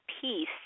peace